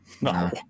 no